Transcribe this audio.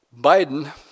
Biden